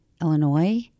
Illinois